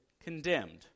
condemned